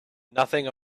nothing